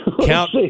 Count